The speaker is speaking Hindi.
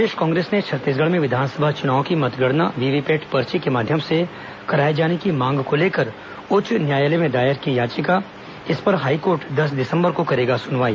प्रदेश कांग्रेस ने छत्तीसगढ़ में विधानसभा चुनाव की मतगणना वीवीपैट पर्ची के माध्यम से कराए जाने की मांग को लेकर उच्च न्यायालय में दायर की याचिका इस पर हाईकोर्ट दस दिसंबर को करेगा सुनवाई